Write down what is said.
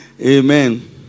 Amen